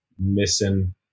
Missing